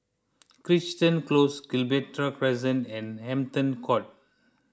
Crichton Close Gibraltar Crescent and Hampton Court